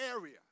area